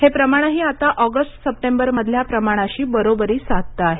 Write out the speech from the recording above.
हे प्रमाणही आता ऑगस्ट सप्टेबर मधल्या प्रमाणाशी बरोबरी साधतं आहे